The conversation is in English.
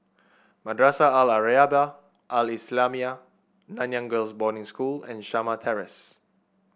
Madrasah Al Arabiah Al Islamiah Nanyang Girls' Boarding School and Shamah Terrace